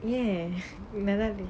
ya we melody